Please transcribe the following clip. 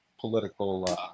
political